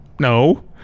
No